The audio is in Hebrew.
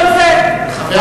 לא בגלל זה.